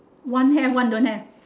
one have one don't have